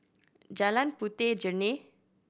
Jalan Puteh Jerneh